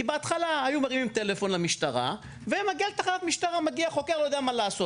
כי בהתחלה היו מרימים טלפון למשטרה והיה מגיע חוקר ולא יודע מה לעשות.